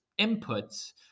inputs